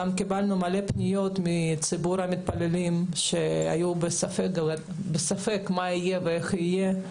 גם קיבלנו הרבה פניות מציבור המתפללים שהיו בספק מה יהיה ואיך יהיה.